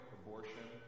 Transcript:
abortion